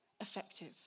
effective